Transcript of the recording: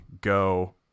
go